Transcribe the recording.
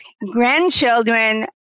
grandchildren